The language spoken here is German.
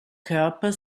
körper